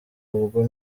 ubwo